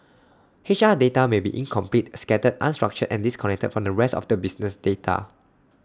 H R data may be incomplete scattered unstructured and disconnected from the rest of the business data